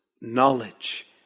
knowledge